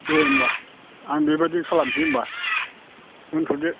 दे होनबा आं बेबायदि खालामनोसै होनबा दोनथ'दो